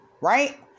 right